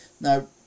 Now